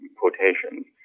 quotations